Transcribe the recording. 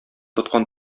тоткан